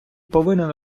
повинен